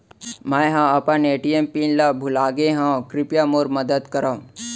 मै अपन ATM pin ला भूलागे हव, कृपया मोर मदद करव